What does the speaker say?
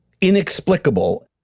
inexplicable